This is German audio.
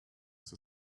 zur